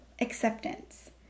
acceptance